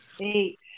Eight